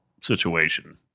situation